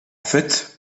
fait